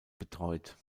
betreut